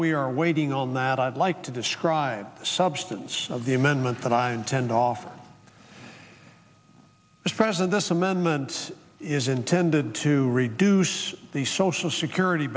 we are waiting on that i'd like to describe the substance of the amendment that i intend offer as president this amendment is intended to reduce the social security